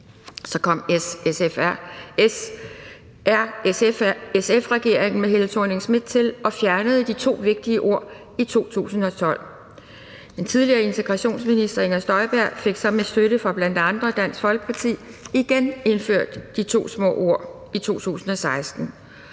Så kom SRSF-regeringen med Helle Thorning-Schmidt til og fjernede de to vigtige ord i 2012. Den tidligere integrationsminister Inger Støjberg fik så med støtte fra bl.a. Dansk Folkeparti igen indført de to små ord i 2016.